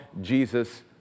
Jesus